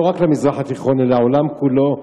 לא רק למזרח התיכון אלא לעולם כולו.